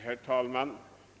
Herr talman!